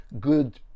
good